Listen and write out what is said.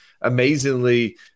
amazingly